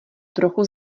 trochu